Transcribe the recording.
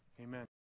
Amen